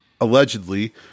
allegedly